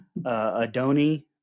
Adoni